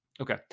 Okay